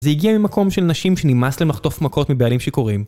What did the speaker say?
זה הגיע ממקום של נשים שנמאס להם לחטוף מכות מבעלים שיכורים